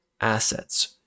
assets